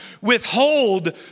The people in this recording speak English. withhold